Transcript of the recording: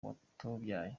rwatubyaye